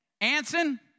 Anson